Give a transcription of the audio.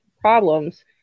problems